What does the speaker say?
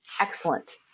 excellent